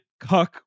cuck